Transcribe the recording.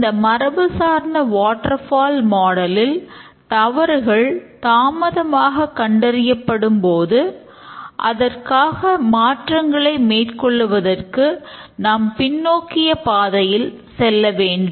இந்த மரபு சார்ந்த வாட்டர்ஃபால் மாடலில் தவறுகள் தாமதமாக கண்டறியப்படும் போது அதற்காக மாற்றங்களை மேற்கொள்வதற்கு நாம் பின்னோக்கிய பாதையில் செல்ல வேண்டும்